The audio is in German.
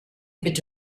bitte